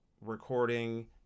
recording